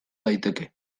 daiteke